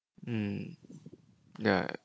hmm yeah